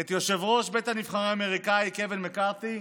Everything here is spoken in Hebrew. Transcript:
את יושב-ראש בית הנבחרים האמריקאי קווין מקארתי,